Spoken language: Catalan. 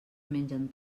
mengen